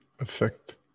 affect